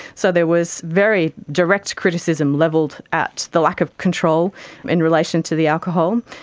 so there was very direct criticism levelled at the lack of control in relation to the alcohol.